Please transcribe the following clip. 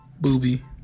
Booby